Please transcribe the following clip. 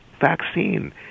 vaccine